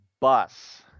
bus